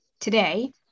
today